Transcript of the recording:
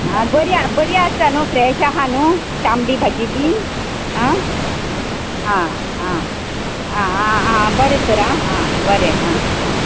आं बरी आं बरी आसता न्हू फ्रेश आहा न्हू तांबडी भाजी बी आं आं आं आंआंआं बरें तर आं बरें आं आं